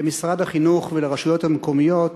למשרד החינוך ולרשויות המקומיות